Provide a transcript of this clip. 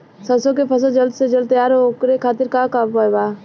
सरसो के फसल जल्द से जल्द तैयार हो ओकरे खातीर का उपाय बा?